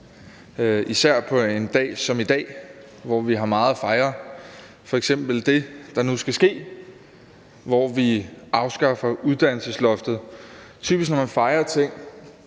især på en dag som i dag, hvor vi har meget at fejre, f.eks. det, der nu skal ske, hvor vi afskaffer uddannelsesloftet. Typisk er det sådan,